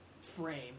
frame